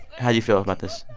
how do you feel about this?